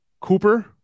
Cooper